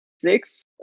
six